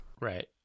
Right